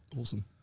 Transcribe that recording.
Awesome